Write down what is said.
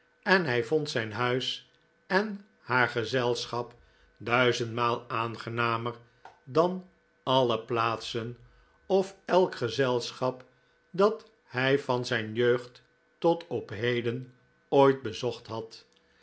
en hij vond zijn huis en haar gezelschap duizendmaal aangenamer dan alle plaatsen of elk gezelschap dat hij van zijn jeugd tot op heden ooit bezocht had